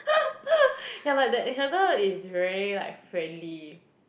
ya but the instructor is very like friendly